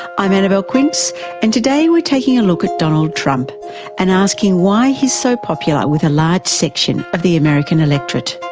i'm annabelle quince and today we're taking a look at donald trump and asking why he's so popular with a large section of the american electorate.